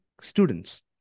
students